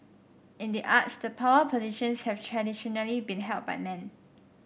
in the arts the power positions have traditionally been held by men